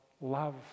love